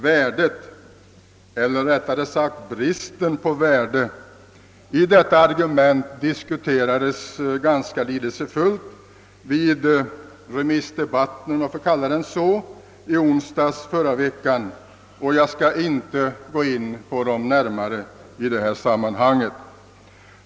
Värdet — eller rättare sagt bristen på värde -— i detta argument diskuterades ganska lidelsefullt vid remissdebatten, om jag får kalla den så, i onsdags förra veckan, och jag skall inte här gå in närmare på det.